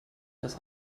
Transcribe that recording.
das